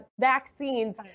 vaccines